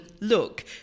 look